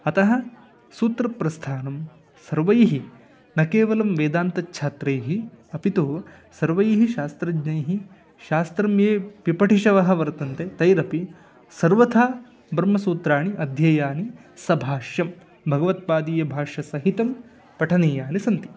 अतः सूत्रप्रस्थानं सर्वैः न केवलं वेदान्तछात्रैः अपि तु सर्वैः शास्त्रज्ञैः शास्त्रं ये पिपठिष्यावः वर्तन्ते तैरपि सर्वथा ब्रह्मसूत्राणि अध्येयानि सभाष्यं भगवत्पादीय भाष्यसहितं पठनीयानि सन्ति